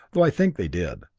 though i think they did,